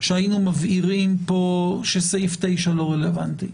היינו מבהירים פה שסעיף 9 לא רלוונטי.